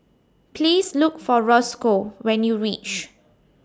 Please Look For Roscoe when YOU REACH